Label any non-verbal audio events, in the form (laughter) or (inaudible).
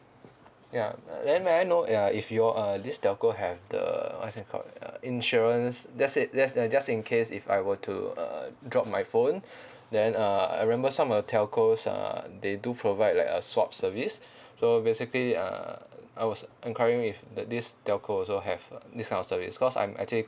ya then may I know ya if you uh this telco have the what's it called uh insurance that's it there just in case if I were to uh drop my phone (breath) then uh I remember some of the telcos uh they do provide like a swap service (breath) so basically uh I was enquiring with the this telco also have this kind service cause I'm actually